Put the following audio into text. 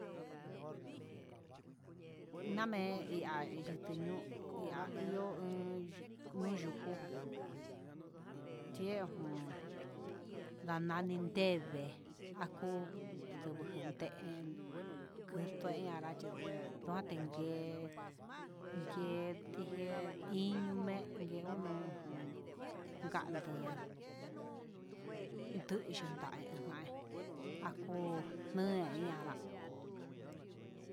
Name ihá yutenu ahió noyuku, chejon na nani té ndé'e aku nujun nun ndén kution janrache ndonde ngué, ngue tié iño me'e ngue uun jun ganto'o, duyuu nae nai akuu nohe ira'a nda'a.